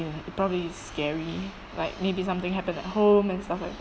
probably scary like maybe something happened at home and stuff like